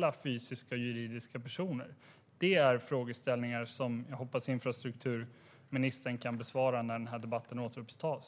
att fysiska och juridiska personer jämställs? Detta är frågeställningar som jag hoppas att infrastrukturministern kan besvara när debatten återupptas.